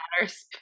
matters